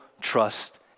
trust